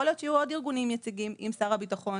יכול להיות שיהיו עוד ארגונים יציגים אם שר הביטחון